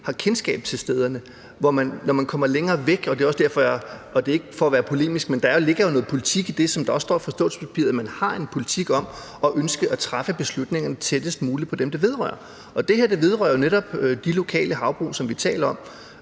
kendskab til stederne, i modsætning til når man kommer længere væk. Og det er ikke for at være polemisk, men der ligger noget politik i det, som der også står i forståelsespapiret, nemlig at man har en politik med et ønske om at træffe beslutningerne tættest muligt på dem, de vedrører. Det her vedrører jo netop de lokale havbrug, som vi taler om,